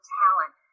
talent